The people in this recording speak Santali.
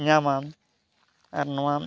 ᱧᱟᱢᱟ ᱟᱨ ᱱᱚᱣᱟ